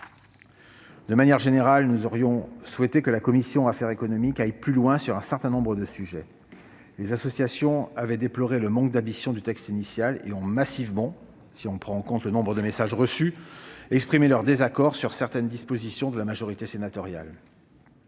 De manière générale, nous aurions souhaité que la commission des affaires économiques aille plus loin sur un certain nombre de sujets. Les associations avaient déjà déploré le manque d'ambition du texte initial, et elles ont massivement exprimé, si l'on en juge par le nombre de messages reçus, leur désaccord vis-à-vis de certaines positions de la majorité sénatoriale.